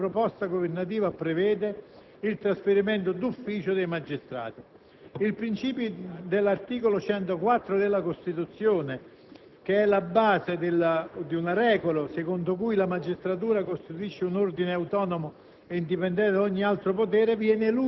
Il principio dell'articolo 104 della Costituzione